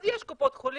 אז יש קופות חולים.